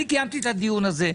קיימתי את הדיון הזה,